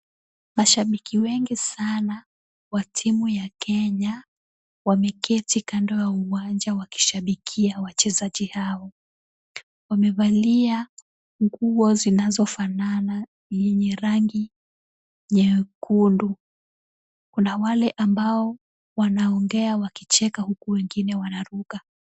Mashabiki wengi sana wa timu ya Kenya, wameketi kando ya uwanja wakishabikia wachezaji hao. Wamevalia nguo zinazofanana yenye rangi nyekundu. Kuna wale ambao wanaongea wakicheka huku wengine wanaruka.